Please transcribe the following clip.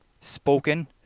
spoken